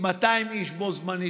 200 איש בו-בזמן,